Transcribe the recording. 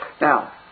Now